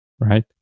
right